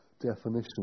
definition